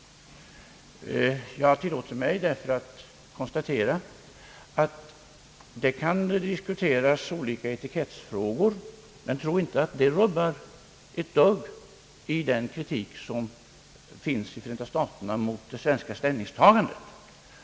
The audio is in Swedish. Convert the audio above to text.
Jag har därför tillåtit mig konstatera, att olika etikettsfrågor kan diskuteras — men tro inte att sådant rubbar ett dugg i den kritik som finns i Förenta staterna mot det svenska ställningstagandet.